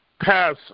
pass